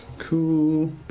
cool